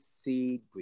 seed